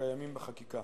הקיימים בחקיקה.